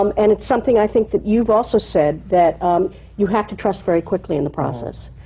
um and it's something, i think, that you've also said, that you have to trust very quickly in the process.